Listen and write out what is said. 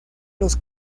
los